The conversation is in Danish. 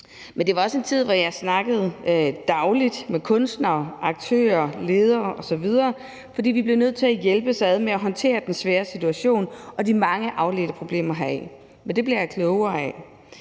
men det var også en tid, hvor jeg snakkede dagligt med kunstnere, aktører, ledere osv., fordi vi blev nødt til at hjælpes ad med at håndtere den svære situation og de mange afledte problemer heraf. Men det blev jeg klogere af.